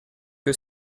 que